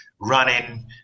running